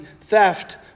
theft